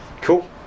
cool